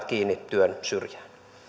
pääsevän kiinni työn syrjään